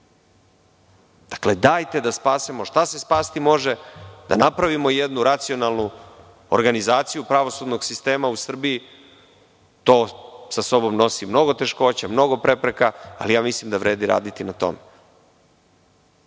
Dakle, dajte da spasemo šta se spasti može, da napravimo jednu racionalnu organizaciju pravosudnog sistema u Srbiji. To sa sobom nosi mnogo teškoća, mnogo prepreka, ali mislim da vredi raditi na